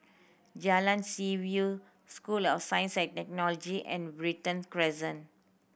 Jalan Seaview School of Science and Technology and Brighton's Crescent